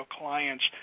clients